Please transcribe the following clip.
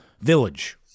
village